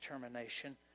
determination